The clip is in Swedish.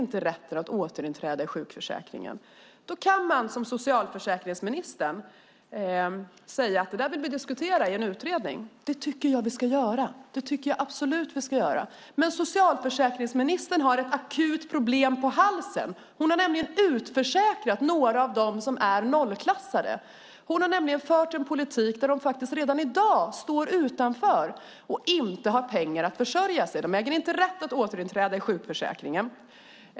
De äger inte den rätten. Då kan man, som socialförsäkringsministern, säga att det där får vi diskutera i en utredning. Det tycker jag att vi ska göra, men socialförsäkringsministern har ett akut problem på halsen. Hon har nämligen utförsäkrat några av dem som är nollklassade. Hon har fört en politik som gör att de redan i dag står utanför och inte har pengar att försörja sig. De äger inte rätt att återinträda i sjukförsäkringen.